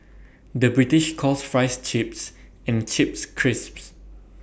the British calls Fries Chips and Chips Crisps